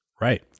Right